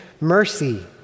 mercy